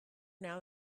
now